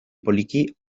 poliki